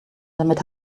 damit